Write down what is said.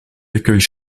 accueille